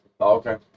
Okay